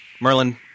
Merlin